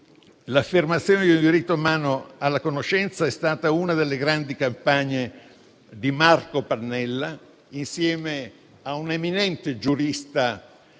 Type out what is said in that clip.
l'affermazione di un diritto umano alla conoscenza è stata una delle grandi campagne di Marco Pannella, insieme a un eminente giurista